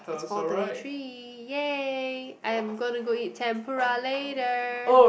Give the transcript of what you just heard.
it's four thirty three yay I am gonna go eat tempura later